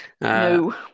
No